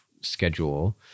schedule